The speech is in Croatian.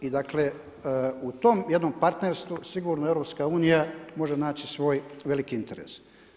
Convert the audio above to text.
I dakle u tom jednom partnerstvu sigurno EU može naći svoj veliki interes.